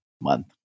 month